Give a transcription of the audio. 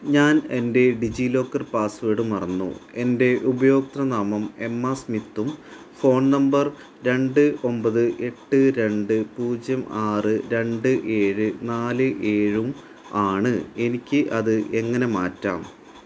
ഞാൻ എൻ്റെ DigiLocker password മറന്നു എൻ്റെ ഉപയോക്തൃ നാമം എം ആർ സ്മിത്തും ഫോൺ നമ്പർ രണ്ട് ഒമ്പത് എട്ട് രണ്ട് പൂജ്യം ആറ് രണ്ട് ഏഴ് നാല് ഏഴും ആണ് എനിക്ക് അത് എങ്ങനെ മാറ്റാം